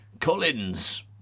Collins